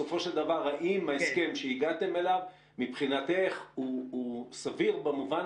בסופו של דבר האם ההסכם אליו הגעתם מבחינתך הוא סביר במובן